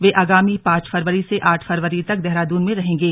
वे आगामी पांच फरवरी से आठ फरवरी तक जी देहरादून में रहेंगे